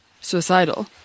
suicidal